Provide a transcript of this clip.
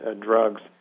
drugs